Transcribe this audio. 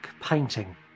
painting